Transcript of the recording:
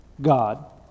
God